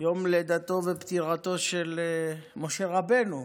יום לידתו ופטירתו של משה רבנו.